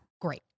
Great